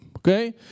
Okay